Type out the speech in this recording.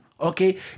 Okay